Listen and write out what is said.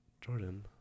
Jordan